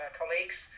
colleagues